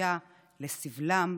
ראויה לסבלם,